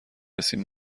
رسیم